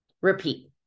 Repeat